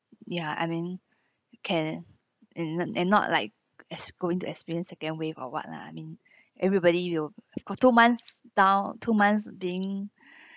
ya I mean can and and not like is going to experience second wave or what lah I mean everybody will got two months down two months being